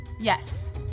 Yes